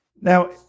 Now